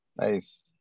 Nice